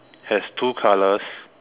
has two colors